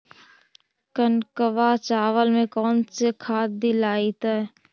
कनकवा चावल में कौन से खाद दिलाइतै?